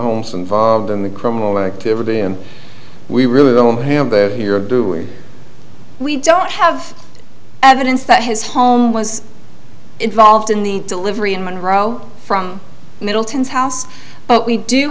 homes involved in the criminal activity and we really don't have that here do we we don't have evidence that his home was involved in the delivery in monroe from middleton's house but we do